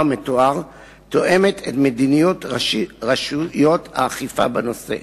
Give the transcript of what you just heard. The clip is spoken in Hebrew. המתואר תואמת את מדיניות רשויות האכיפה בנושא.